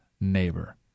neighbor